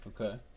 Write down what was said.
Okay